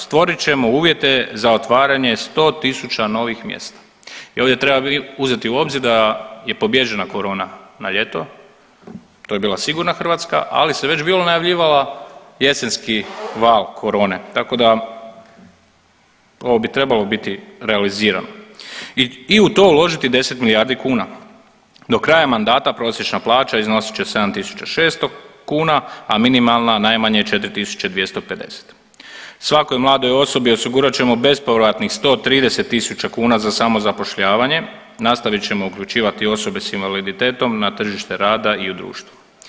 Stvorit ćemo uvjete za otvaranje 100 tisuća novih mjesta i ovdje treba uzeti u obzir da je pobijeđena korona na ljeto, to je bila sigurna Hrvatska, ali se već bilo najavljivala jesenski val korone, tako da ovo bi trebalo biti realizirano i u to uložiti 10 milijardi kuna, do kraja mandata prosječna plaća iznosit će 7.600 kuna, a minimalna najmanje 4.250, svakoj mladoj osobi osigurat ćemo bespovratnih 130 tisuća kuna za samozapošljavanje, nastavit ćemo uključivati osobe s invaliditetom na tržište rada i u društvo.